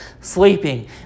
sleeping